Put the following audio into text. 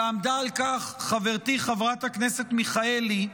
ועמדה על כך חברתי חברת הכנסת מיכאלי,